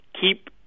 keep